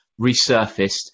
resurfaced